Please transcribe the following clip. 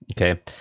okay